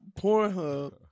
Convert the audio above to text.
Pornhub